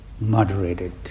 moderated